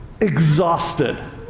exhausted